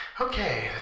Okay